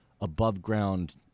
above-ground